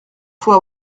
faut